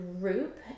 group